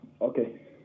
Okay